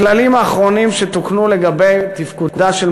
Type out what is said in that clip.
הכללים האחרונים שתוקנו לגבי תפקודה של